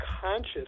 conscious